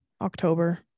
october